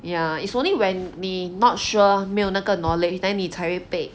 ya it's only when 你 not sure 没有那个 knowledge then 你才会被